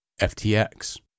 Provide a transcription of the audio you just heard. FTX